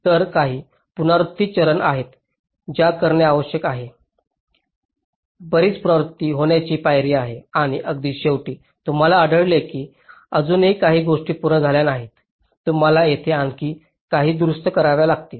तर काही पुनरावृत्ती चरण आहेत ज्या करणे आवश्यक आहे बरीच पुनरावृत्ती होणारी पायऱ्या आहेत आणि अगदी शेवटी तुम्हाला आढळेल की अजूनही काही गोष्टी पूर्ण झाल्या नाहीत तुम्हाला तेथे आणखी काही दुरुस्त्या कराव्या लागतील